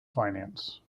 finance